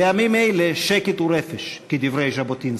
בימים האלה "שקט הוא רפש", כדברי ז'בוטינסקי.